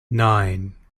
nine